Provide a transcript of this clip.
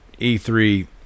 E3